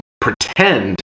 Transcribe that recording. pretend